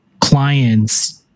clients